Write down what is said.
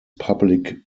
public